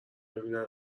ببینن